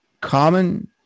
common